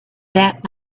that